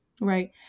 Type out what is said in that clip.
Right